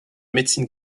médecine